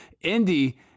Indy